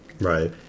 Right